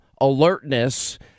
alertness